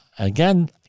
Again